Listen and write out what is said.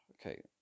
Okay